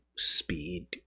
speed